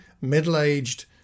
middle-aged